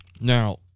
Now